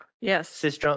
Yes